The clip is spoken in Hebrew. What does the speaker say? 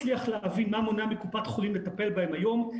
אני לא מצליח להבין מה מנוע מקופת חולים לטפל בהם היום.